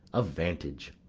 of vantage.